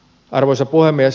arvoisa puhemies